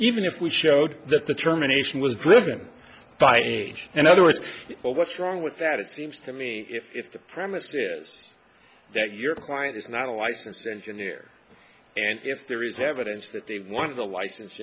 even if we showed that the terminations was driven by age and other words but what's wrong with that it seems to me if the premise is that your client is not a licensed engineer and if there is evidence that they've won of the license